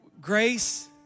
Grace